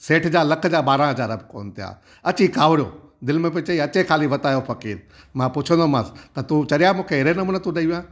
सेठ जा लखु जा ॿारह हज़ार कोन्ह थिया अची कांवड़ियो दिलि में पोइ चई अचे ख़ाली वतायो फ़कीर मां पुछंदोमास त तू चरया मूंखे अहिड़े नमूने तू ॾेइ वियो आहे